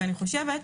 ואני חושבת,